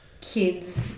kids